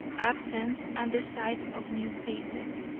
absence and the sight of new faces.